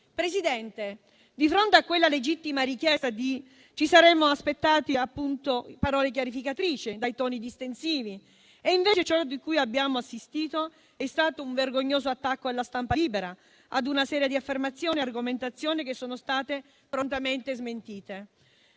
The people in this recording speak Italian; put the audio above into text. Presidente, di fronte a quella legittima richiesta, ci saremmo aspettati parole chiarificatrici dai toni distensivi e invece ciò a cui abbiamo assistito è stato un vergognoso attacco alla stampa libera, una serie di affermazioni e argomentazioni che sono state prontamente smentite.